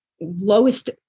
lowest